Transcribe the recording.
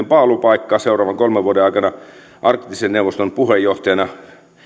paalupaikka seuraavan kolmen vuoden aikana arktisen neuvoston puheenjohtajana